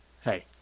hey